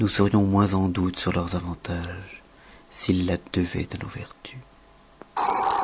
nous serions moins en doute sur leurs avantages s'ils la devoient à nos vertus